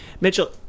Mitchell